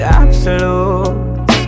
absolute